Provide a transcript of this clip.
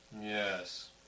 Yes